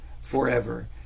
forever